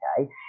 okay